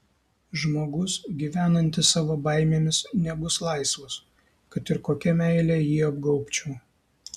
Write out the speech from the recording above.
žmogus gyvenantis savo baimėmis nebus laisvas kad ir kokia meile jį apgaubčiau